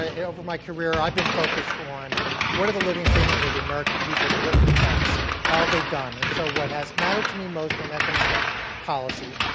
ah and over my career i've been focused on what are the living standards of the american people, the working class. how they've done, and so what has mattered to me most on economic policy,